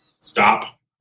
Stop